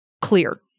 clear